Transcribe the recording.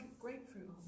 grapefruit